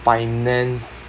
finance